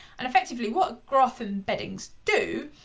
and effectively, what graph embeddings do,